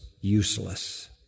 useless